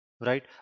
right